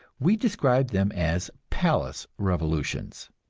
we describe them as palace revolutions.